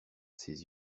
ses